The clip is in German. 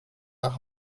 nach